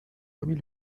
remis